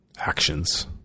actions